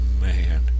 man